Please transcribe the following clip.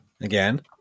again